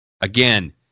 Again